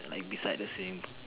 like beside the same